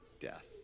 death